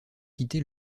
quitté